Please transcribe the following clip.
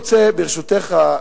ברשותך,